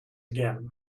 again